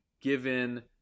given